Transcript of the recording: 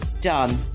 Done